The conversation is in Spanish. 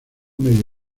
medio